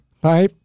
Bye